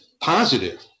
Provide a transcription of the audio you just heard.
positive